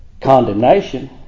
condemnation